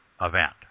event